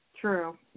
True